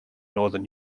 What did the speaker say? northern